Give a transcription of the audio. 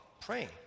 praying